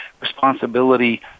responsibility